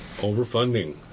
Overfunding